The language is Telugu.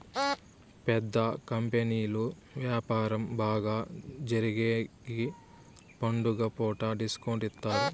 పెద్ద కంపెనీలు వ్యాపారం బాగా జరిగేగికి పండుగ పూట డిస్కౌంట్ ఇత్తారు